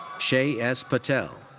shea s. patel.